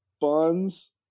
Buns